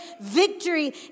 victory